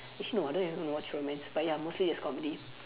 actually no I don't even watch romance but ya mostly is comedy